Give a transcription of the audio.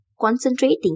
Concentrating